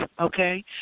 okay